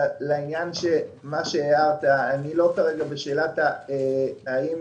לא בשאלה האם